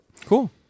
cool